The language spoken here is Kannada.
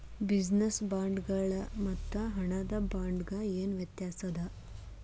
ಬಿಜಿನೆಸ್ ಬಾಂಡ್ಗಳ್ ಮತ್ತು ಹಣದ ಬಾಂಡ್ಗ ಏನ್ ವ್ಯತಾಸದ?